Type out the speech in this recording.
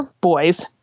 boys